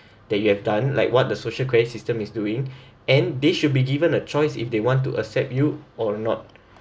that you have done like what the social credit system is doing and they should be given a choice if they want to accept you or not